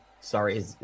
Sorry